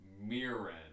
mirren